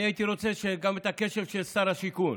ואני הייתי רוצה גם את הקשב של שר השיכון.